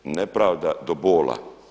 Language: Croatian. Nepravda do bola.